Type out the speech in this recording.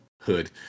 hood